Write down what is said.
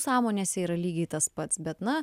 sąmonėse yra lygiai tas pats bet na